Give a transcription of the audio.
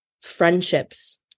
friendships